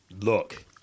Look